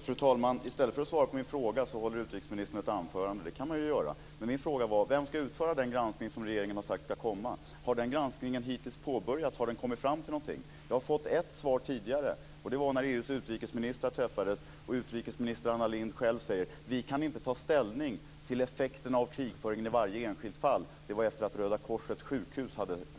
Fru talman! I stället för att svara på mina frågor håller utrikesministern ett anförande. Det kan man ju göra, men mina frågor var: Vem ska utföra den granskning som regeringen har sagt ska komma? Har den granskningen påbörjats? Har man kommit fram till någonting? Jag har fått ett svar tidigare. När EU:s utrikesministrar träffades sade utrikesminister Anna Lindh själv: Vi kan inte ta ställning till effekten av krigföringen i varje enskilt fall. Det var efter det att Röda korsets sjukhus